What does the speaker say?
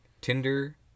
Tinder